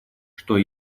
что